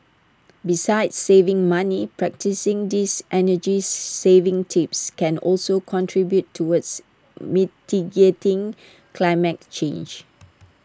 besides saving money practising these energy saving tips can also contribute towards mitigating climate change